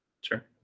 sure